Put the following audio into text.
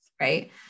Right